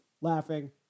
laughing